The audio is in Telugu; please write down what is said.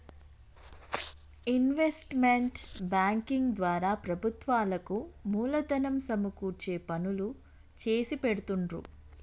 ఇన్వెస్ట్మెంట్ బ్యేంకింగ్ ద్వారా ప్రభుత్వాలకు మూలధనం సమకూర్చే పనులు చేసిపెడుతుండ్రు